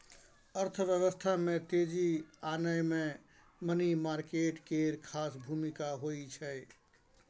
अर्थव्यवस्था में तेजी आनय मे मनी मार्केट केर खास भूमिका होइ छै